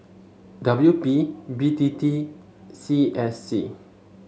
W P B T T and C S C